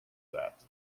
that